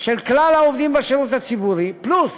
של כלל העובדים בשירות הציבורי, פלוס